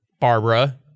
Barbara